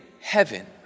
heaven